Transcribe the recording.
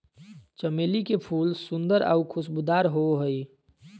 चमेली के फूल सुंदर आऊ खुशबूदार होबो हइ